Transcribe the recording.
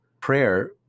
prayer